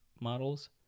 models